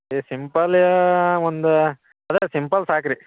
ಈ ಸಿಂಪಲ ಒಂದು ಅದು ಸಿಂಪಲ್ ಸಾಕು ರೀ